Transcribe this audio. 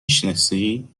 شناسی